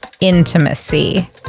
intimacy